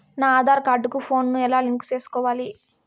నా ఆధార్ కార్డు కు ఫోను ను ఎలా లింకు సేసుకోవాలి?